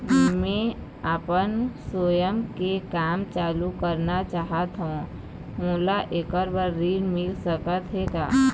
मैं आपमन स्वयं के काम चालू करना चाहत हाव, मोला ऐकर बर ऋण मिल सकत हे का?